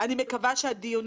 תודה, נשמה.